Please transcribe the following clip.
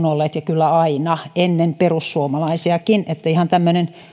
olleet aina ennen perussuomalaisiakin ihan tämmöinen